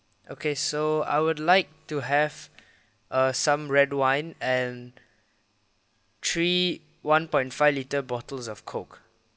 okay so I would like to have err some red wine and three one point five litre bottles of coke